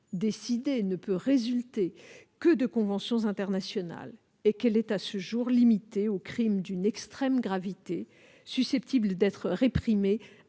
compétence ne peut résulter que de conventions internationales et qu'elle est, à ce jour, limitée aux crimes d'une extrême gravité, susceptibles d'être réprimés